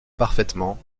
parfaitement